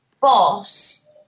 boss